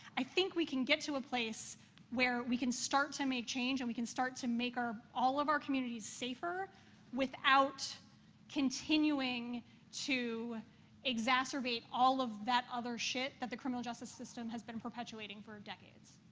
i think we can get to a place where we can start to make change and we can start to make our all of our communities safer without continuing to exacerbate all of that other shit that the criminal-justice system has been perpetuating for decades.